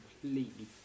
completely